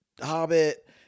Hobbit